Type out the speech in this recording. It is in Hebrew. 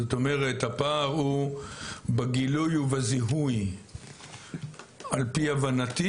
זאת אומרת הפער הוא בגילוי ובזיהוי על פי הבנתי,